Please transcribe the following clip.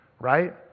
right